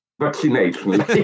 vaccination